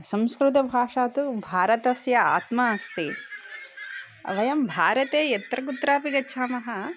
संस्कृतभाषा तु भारतस्य आत्मा अस्ति वयं भारते यत्र कुत्रापि गच्छामः